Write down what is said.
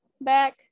back